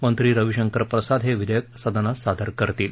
मंत्री रविशंकर प्रसाद हे विधेयक सदनात सादर करतील